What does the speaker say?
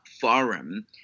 Forum